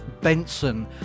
Benson